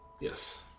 Yes